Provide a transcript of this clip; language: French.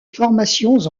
formations